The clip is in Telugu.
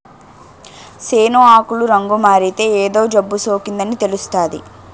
సేను ఆకులు రంగుమారితే ఏదో జబ్బుసోకిందని తెలుస్తాది